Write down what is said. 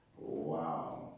Wow